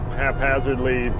haphazardly